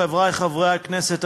חברי חברי הכנסת,